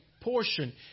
portion